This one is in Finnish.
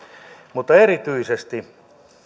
erityisesti